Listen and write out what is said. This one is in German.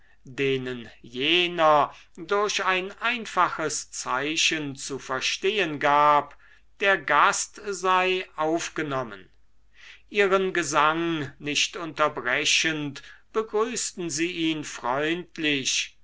denen jener durch ein einfaches zeichen zu verstehen gab der gast sei aufgenommen ihren gesang nicht unterbrechend begrüßten sie ihn freundlich